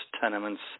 tenements